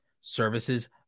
services